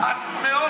בזים לכל היהודים,